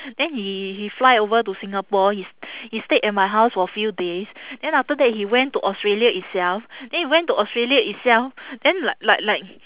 then he he fly over to singapore he he stayed at my house for few days then after that he went to australia itself then he went to australia itself then like like like